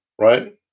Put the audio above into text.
right